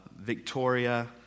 Victoria